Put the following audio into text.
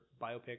biopic